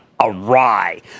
awry